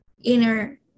inner